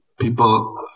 People